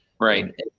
right